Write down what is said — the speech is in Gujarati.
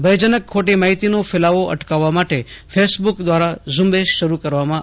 ભયજનક ખોટી માહિતીનો ફેલાવો અટકાવવા માટે ફેસબુક દ્વારા ઝુંબેશ શરૂ કરવામાં આવી છે